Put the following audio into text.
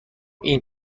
این